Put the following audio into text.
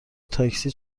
تاکسی